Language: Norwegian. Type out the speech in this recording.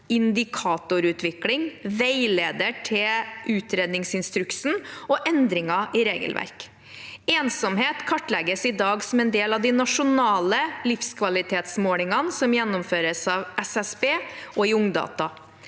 indikatorutvikling, veileder til utredningsinstruksen og endringer i regelverk. Ensomhet kartlegges i dag som del av de nasjonale livskvalitetsmålingene som gjennomføres av SSB og i Ungdata.